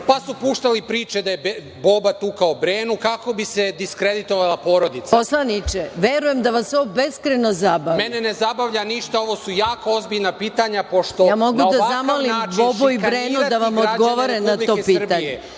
pa su puštali priče da je Boba tukao Brenu, kako bi se diskreditovala porodica. **Maja Gojković** Poslaniče, verujem da vas ovo beskrajno zabavlja. **Saša Radulović** Mene ne zabavlja ništa. Ovo su jako ozbiljna pitanja pošto na ovakav način šikanirate građane Republike Srbije.